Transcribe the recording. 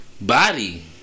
Body